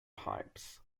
pipes